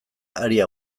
aria